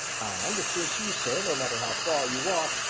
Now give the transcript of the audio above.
and since you, sir, no matter how far you walk,